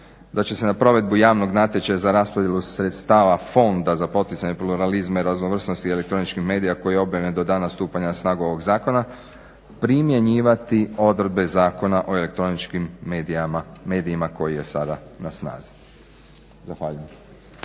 da će se na provedbu javnog natječaja za raspodjelu sredstava fonda za poticanje pluralizma i raznovrsnosti elektroničkih medija koji …/govornik se ne razumije/… stupanja na snagu ovog zakona primjenjivati odredbe zakona o elektroničkim medijima koji je sada na snazi. Zahvaljujem.